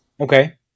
Okay